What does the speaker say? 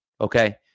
Okay